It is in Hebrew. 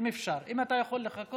אם אפשר, אם אתה יכול לחכות.